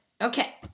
Okay